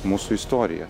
mūsų istoriją